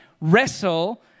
wrestle